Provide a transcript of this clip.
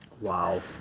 Wow